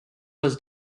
was